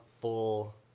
full